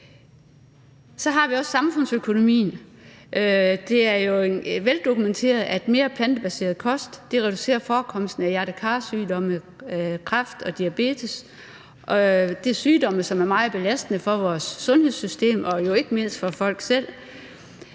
Så har vi også samfundsøkonomien. Det er jo veldokumenteret, at mere plantebaseret kost reducerer forekomsten af hjerte-kar-sygdomme, kræft og diabetes. Det er sygdomme, som er meget belastende for vores sundhedssystem – og jo ikke mindst for folk selv.